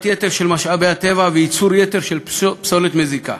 יתר של משאבי הטבע וייצור יתר של פסולת מזיקה.